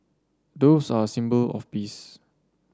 doves are symbol of peace